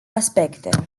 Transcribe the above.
aspecte